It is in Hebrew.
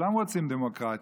כולם רוצים דמוקרטיה.